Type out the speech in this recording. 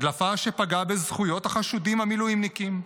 הדלפה שפגעה בזכויות החשודים המילואימניקים,